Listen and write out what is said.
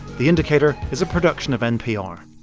the indicator is a production of npr